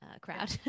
crowd